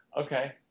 okay